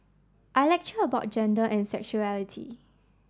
I lecture about gender and sexuality